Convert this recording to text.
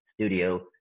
studio